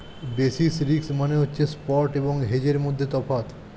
basis risk মানে হচ্ছে spot এবং হেজের মধ্যে তফাৎ